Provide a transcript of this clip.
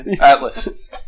Atlas